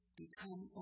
become